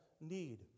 need